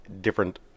different